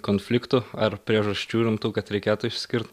konfliktų ar priežasčių rimtų kad reikėtų išskirt